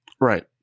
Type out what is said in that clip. Right